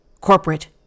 Corporate